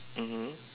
mmhmm